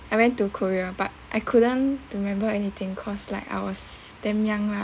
I went to korea but I couldn't remember anything cause like I was damn young lah